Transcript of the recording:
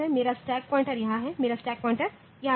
मेरा stack pointer यहाँ है मेरा स्टैक पॉइंटर यहाँ है